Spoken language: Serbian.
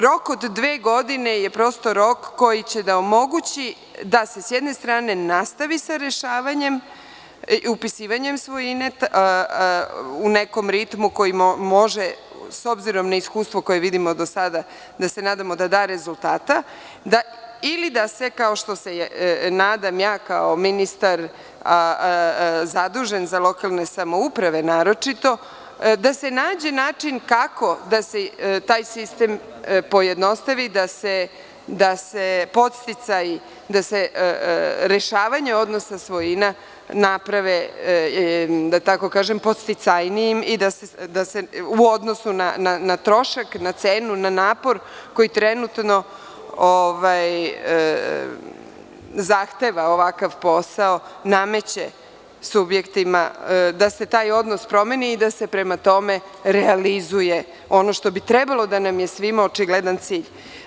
Rok od dve godine je prosto rok koji će da omogućida se sa jedne strane nastavi sa rešavanjem, upisivanjem svojine u nekom ritmu koji može, s obzirom na iskustvo koje vidimo do sada i gde se nadamo da da rezultate, ili da se, kao što se nadam ja, kao ministar zadužen za lokalne samouprave naročito, da se nađe način kako da se taj sistem pojednostavi, da se podsticaj, da se rešavanje svojina napravi podsticajnijim u odnosu na trošak, na cenu, na napor koji trenutno zahteva ovakav posao, prosto nameće subjektima da se taj odnos promeni i da se realizuje ono što bi trebalo da nam svima bude očigledan cilj.